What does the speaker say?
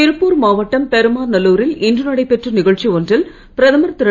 திருப்பூர் மாவட்டம் பெருமாநல்லூரில் இன்று நடைபெற்ற நிகழ்ச்சி ஒன்றில் பிரதமர் திரு